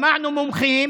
שמענו מומחים,